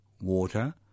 water